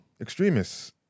Extremists